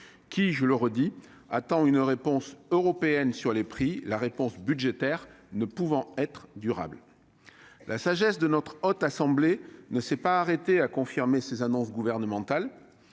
égard, je le redis : une réponse européenne est attendue sur les prix, la réponse budgétaire ne pouvant être durable. La sagesse de notre Haute Assemblée ne s'est pas arrêtée à la confirmation des annonces gouvernementales.